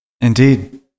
Indeed